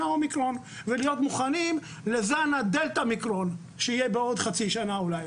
האומיקרון ולהיות מוכנים לזן ה-"דלתאמיקרון" שיהיה בעוד חצי שנה אולי,